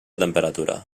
temperatura